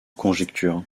conjectures